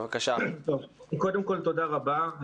קודם כל, תודה רבה.